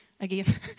again